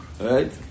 Right